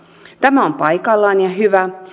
tämä on paikallaan ja hyvä